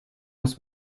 muss